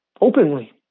openly